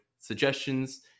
suggestions